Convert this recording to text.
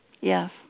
Yes